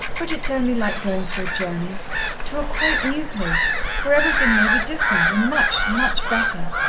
but it's only like going for a journey to a quite new place where everything may be different and much, much better.